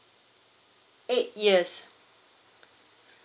eight years